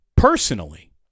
Personally